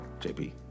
JP